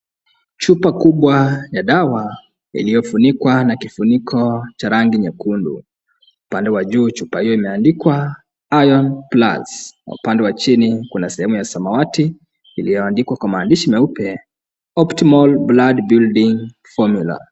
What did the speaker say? Chupa kubwa ya dawa iliyofunikwa na kifuniko cha rangi nyekundu. Upande wa juu chupa hiyo imeandikwa Iron Plus. Kwa upande wa chini kuna sehemu ya samawati iliyoandikwa kwa maandishi meupe optimal blood building formula .